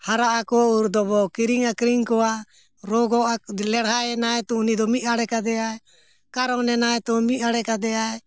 ᱦᱟᱨᱟᱜ ᱟᱠᱚ ᱩᱱ ᱨᱮᱫᱚᱵᱚᱱ ᱠᱤᱨᱤᱧ ᱟᱠᱷᱨᱤᱧ ᱠᱚᱣᱟ ᱨᱳᱜᱳᱜᱼᱟ ᱞᱮᱲᱦᱟᱭᱮᱱᱟᱭ ᱛᱚ ᱩᱱᱤ ᱫᱚ ᱢᱤᱫ ᱟᱲᱮ ᱠᱟᱫᱮᱭᱟᱭ ᱠᱟᱨᱚᱱ ᱮᱱᱟᱭ ᱛᱚ ᱢᱤᱫ ᱟᱲᱮ ᱠᱟᱫᱮᱭᱟᱭ